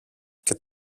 και